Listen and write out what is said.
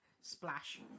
Splash